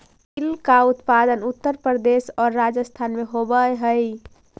तिल का उत्पादन उत्तर प्रदेश और राजस्थान में होवअ हई